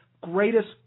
greatest